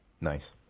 nice